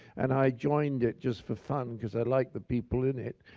and i joined it just for fun, because i liked the people in it.